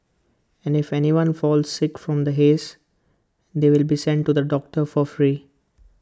and if anyone falls sick from the haze they will be sent to the doctor for free